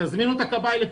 תזמינו את הכבאי לפה,